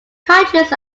countries